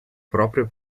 proprio